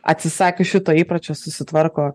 atsisakius šito įpročio susitvarko